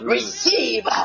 Receive